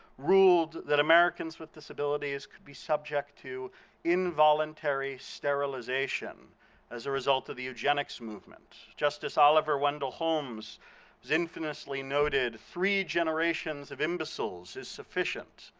ruled that americans with disabilities could be subject to involuntary sterilization as a result of the eugenics movement. justice oliver wendell holmes is infamously noted three generations of imbeciles is sufficient.